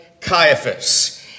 Caiaphas